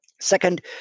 Second